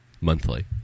Monthly